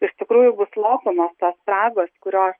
iš tikrųjų bus lopomos tos spragos kurios